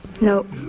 Nope